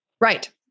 Right